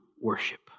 worship